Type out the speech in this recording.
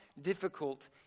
difficult